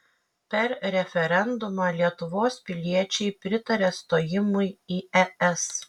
per referendumą lietuvos piliečiai pritarė stojimui į es